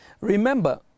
Remember